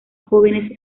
jóvenes